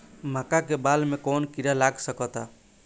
मका के बाल में कवन किड़ा लाग सकता?